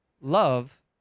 love